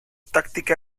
táctica